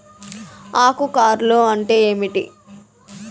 ఆకు కార్ల్ అంటే ఏమి?